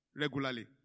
regularly